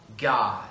God